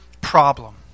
problem